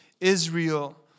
Israel